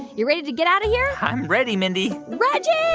you ready to get out of here? i'm ready, mindy reggie